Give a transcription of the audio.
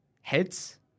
Heads